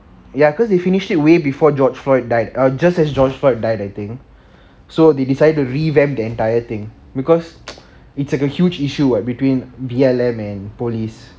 ya cause they finished it way before george floyd died or just as george floyd died I think so they decided to revamp the entire thing because it's like a huge issue between B_L_M and police